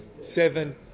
seven